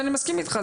אני מסכים איתך,